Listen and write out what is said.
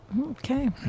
Okay